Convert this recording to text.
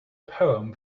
poem